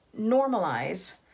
normalize